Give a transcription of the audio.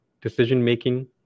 decision-making